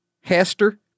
Hester